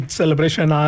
celebration